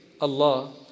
Allah